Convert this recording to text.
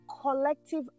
collective